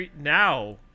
now